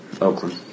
Oakland